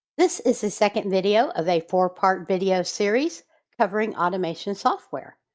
this is the second video of a four part video series covering automation software.